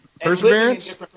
perseverance